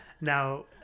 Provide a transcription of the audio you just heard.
Now